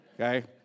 Okay